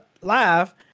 live